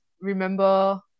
remember